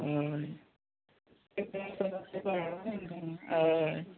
हय